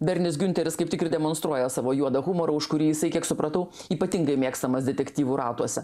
bernis giunteris kaip tik ir demonstruoja savo juodą humorą už kurį jisai kiek supratau ypatingai mėgstamas detektyvų ratuose